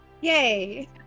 Yay